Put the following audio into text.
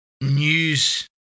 news